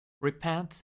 Repent